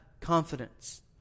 confidence